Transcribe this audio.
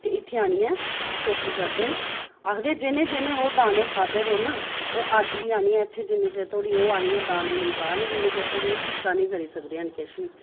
ते इत्थें आनियै चौकी करदे न आक्खदे न जि'नें जि'नें ओह् दाने खाद्धे दे न ते ओह् अज्ज बी जिन्ने चिर इत्थें आनियै ओह् दाने निं चाढ़न न ओह् सुच्चा निं करी सकदे हैन किश बी